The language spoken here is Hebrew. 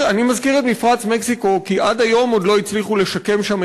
אני מזכיר את מפרץ מקסיקו כי עד היום עוד לא הצליחו לשקם שם,